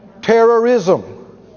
Terrorism